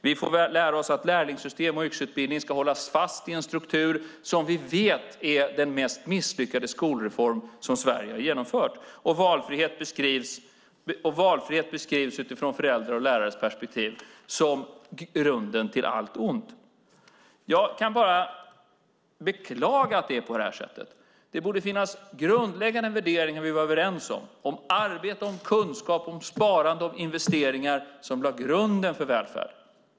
Vi får lära oss att lärlingssystem och yrkesutbildning ska hållas fast i en struktur som vi vet är den mest misslyckade skolreform som Sverige har genomfört. Och valfrihet beskrivs utifrån föräldrars och lärares perspektiv som grunden till allt ont. Jag kan bara beklaga att det är på detta sätt. Det borde finnas grundläggande värderingar som vi är överens om - om arbete, om kunskap, om sparande, om investeringar - som lägger grunden för välfärden.